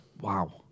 Wow